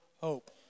hope